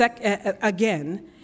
again